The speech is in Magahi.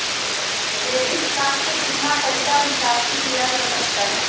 क्रेडिट कार्ड से कितना पैसा निकासी किया जा सकता है?